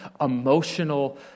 emotional